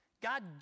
God